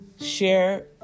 share